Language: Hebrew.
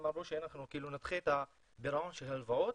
הם אמרו שאנחנו נדחה את הפירעון של ההלוואות